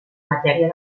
matèria